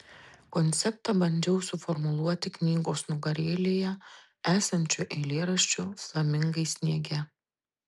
konceptą bandžiau suformuluoti knygos nugarėlėje esančiu eilėraščiu flamingai sniege